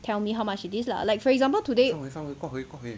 tell me how much it is lah like for example today